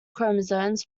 chromosomes